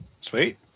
Sweet